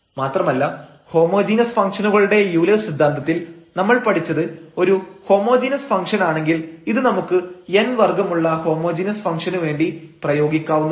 മാത്രമല്ല ഹോമോജീനസ് ഫംഗ്ഷനുകളുടെ യൂലെഴ്സ് സിദ്ധാന്തത്തിൽ നമ്മൾ പഠിച്ചത് ഒരു ഹോമോജീനസ് ഫംഗ്ഷൻ ആണെങ്കിൽ ഇത് നമുക്ക് n വർഗ്ഗമുള്ള ഹോമോജീനസ് ഫംഗ്ഷന് വേണ്ടി പ്രയോഗിക്കാവുന്നതാണ്